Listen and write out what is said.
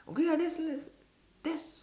okay ah that's that's that's